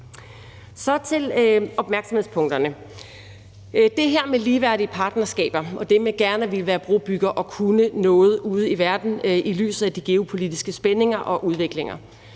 gå til opmærksomhedspunkterne. Der er det her med ligeværdige partnerskaber og det med gerne at ville være brobyggere og kunne noget ude i verden i lyset af de geopolitiske spændinger og udviklinger.